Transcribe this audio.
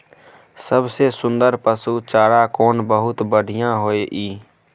सबसे सुन्दर पसु चारा कोन बहुत बढियां होय इ?